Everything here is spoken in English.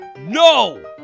No